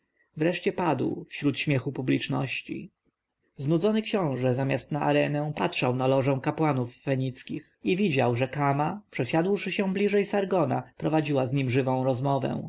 wreszcie padł wśród śmiechu publiczności znudzony książę zamiast na arenę patrzył na lożę kapłanów fenickich i widział że kama przesiadłszy się bliżej sargona prowadziła z nim żywą rozmowę